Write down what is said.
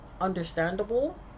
understandable